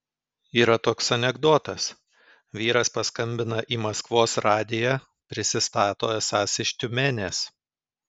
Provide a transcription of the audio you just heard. yra toks anekdotas vyras paskambina į maskvos radiją prisistato esąs iš tiumenės